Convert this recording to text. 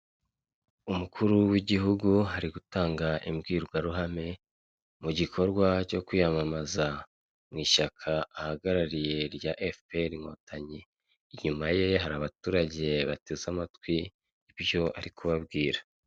Umukuru w'igihugu ari gutanga imbwirwaruhame mugikorwa cyo kwiyamamaza, mu ishyaka ahagarariye rya efuperi nkotanyi, inyuma hari abaturage bateze amatwi ibyo ari kubabwira.